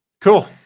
Cool